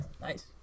Nice